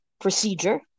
procedure